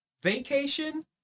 Vacation